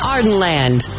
Ardenland